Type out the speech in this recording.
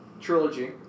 trilogy